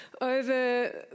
over